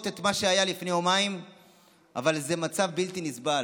את מה שהיה לפני יומיים אבל זה מצב בלתי נסבל.